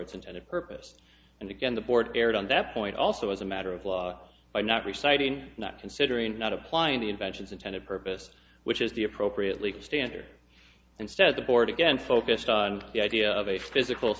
its intended purpose and again the board erred on that point also as a matter of law by not reciting not considering not applying the inventions intended purpose which is the appropriate legal standard and so the board again focused on the idea of a physical